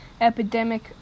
epidemic